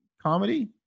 comedy